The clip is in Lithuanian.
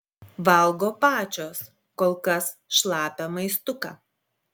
valgo pačios kol kas šlapią maistuką